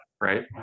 right